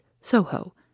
Soho